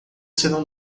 serão